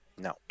No